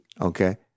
Okay